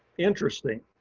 interesting.